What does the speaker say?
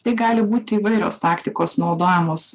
tai gali būt įvairios taktikos naudojamos